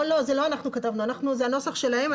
לא אנחנו כתבנו, זה הנוסח שלהם.